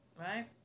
right